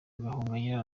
gahongayire